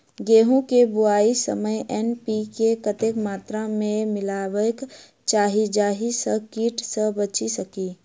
गेंहूँ केँ बुआई समय एन.पी.के कतेक मात्रा मे मिलायबाक चाहि जाहि सँ कीट सँ बचि सकी?